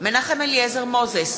מנחם אליעזר מוזס,